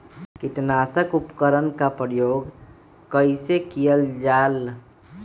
किटनाशक उपकरन का प्रयोग कइसे कियल जाल?